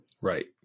Right